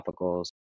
topicals